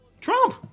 Trump